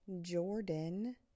Jordan